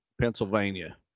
pennsylvania